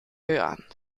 hören